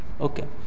Okay